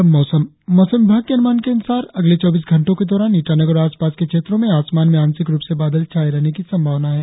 और अब मौसम मौसम विभाग के अनुमान के अनुसार अगले चौबीस घंटो के दौरान ईटानगर और आसपास के क्षेत्रो में आसमान में आंशिक रुप से बादल छाये रहने की संभावना है